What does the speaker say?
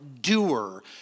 doer